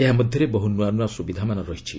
ଏହା ମଧ୍ୟରେ ବହୁ ନୂଆନୂଆ ସୁବିଧାମାନ ରହିଛି